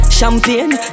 Champagne